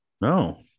No